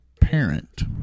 parent